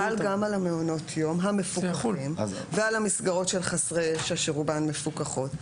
חל גם על המעונות יום המפוקחים ועל המסגרות של חסרי ישע שרובן מפוקחות.